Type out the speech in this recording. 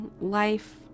life